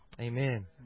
Amen